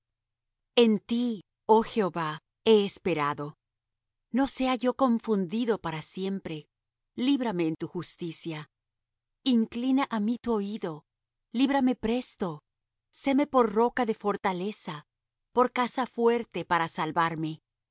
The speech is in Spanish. en ti oh jehová he esperado no sea yo confundido para siempre líbrame en tu justicia inclina á mí tu oído líbrame presto séme por roca de fortaleza por casa fuerte para salvarme